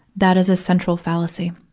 that is a central fallacy,